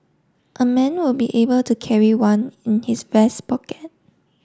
a man will be able to carry one in his vest pocket